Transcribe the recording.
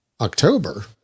October